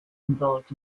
involved